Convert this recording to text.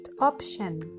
option